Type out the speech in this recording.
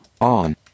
on